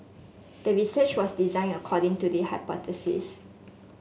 the research was designed according to the hypothesis